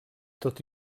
tot